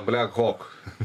black hawk